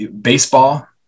Baseball